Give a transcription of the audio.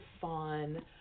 fun